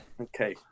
Okay